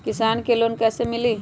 किसान के लोन कैसे मिली?